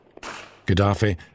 Gaddafi